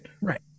Right